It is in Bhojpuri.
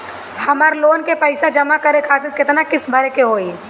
हमर लोन के पइसा जमा करे खातिर केतना किस्त भरे के होई?